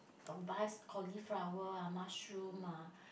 I'll buy cauliflower ah mushroom ah